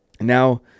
Now